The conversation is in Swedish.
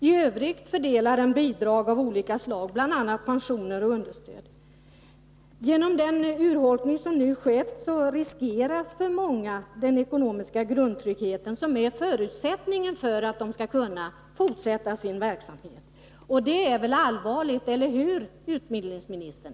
I övrigt fördelar fonden bidrag av olika slag, bl.a. pensioner och understöd. Den urholkning som nu skett innebär för många att den ekonomiska grundtryggheten riskeras, den trygghet som är förutsättningen för att de skall kunna fortsätta sin verksamhet. Det är allvarligt — eller hur, utbildningsministern?